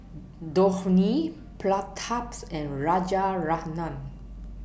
Dhoni Prataps and Rajaratnam